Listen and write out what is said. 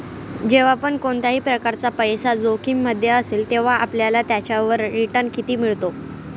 जेव्हा पण कोणत्याही प्रकारचा पैसा जोखिम मध्ये असेल, तेव्हा आपल्याला त्याच्यावर रिटन किती मिळतो?